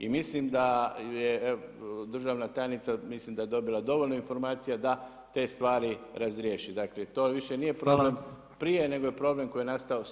I mislim da je državna tajnica mislim da je dobila dovoljno informacija da te stvari razriješi, dakle to više nije problem prije nego je problem koji je nastao sada.